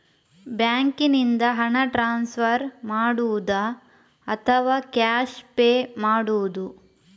ಬ್ಯಾಂಕಿನಿಂದ ಹಣ ಟ್ರಾನ್ಸ್ಫರ್ ಮಾಡುವುದ ಅಥವಾ ಕ್ಯಾಶ್ ಪೇ ಮಾಡುವುದು?